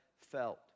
felt